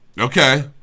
Okay